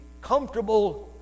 comfortable